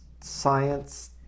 science